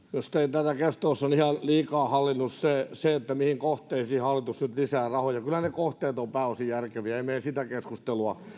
tätä keskustelua on ihan liikaa hallinnut se mihin kohteisiin hallitus nyt lisää rahoja kyllä ne kohteet ovat pääosin järkeviä eikä meidän sitä keskustelua